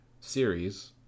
series